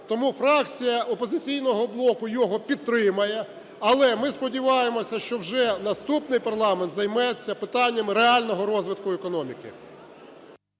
Тому фракція "Опозиційного блоку" його підтримає, але ми сподіваємося, що вже наступний парламент займеться питаннями реального розвитку економіки.